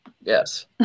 yes